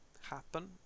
happen